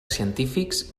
científics